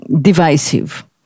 divisive